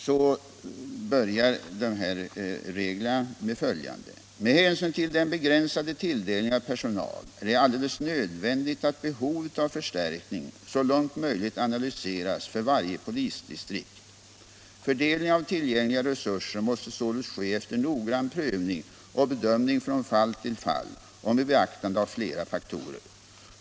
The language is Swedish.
Där heter det till att börja med: ”Med hänsyn till den begränsade tilldelningen av personal är det alldeles nödvändigt att behovet av förstärkning så långt möjligt analyseras för varje polisdistrikt. Fördelning av tillgängliga resurser måste således ske efter noggrann prövning och bedömning från fall till fall och med beaktande av flera faktorer.